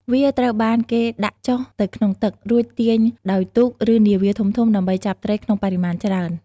វាត្រូវបានគេដាក់ចុះទៅក្នុងទឹក រួចទាញដោយទូក ឬនាវាធំៗ ដើម្បីចាប់ត្រីក្នុងបរិមាណច្រើន។